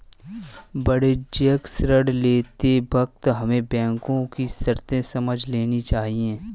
वाणिज्यिक ऋण लेते वक्त हमें बैंको की शर्तें समझ लेनी चाहिए